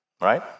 Right